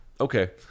Okay